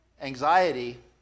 anxiety